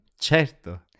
Certo